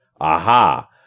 aha